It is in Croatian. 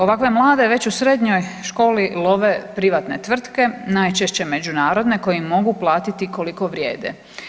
Ovakve mlade već u srednjoj školi love privatne tvrtke najčešće međunarodne koje im mogu platiti koliko vrijede.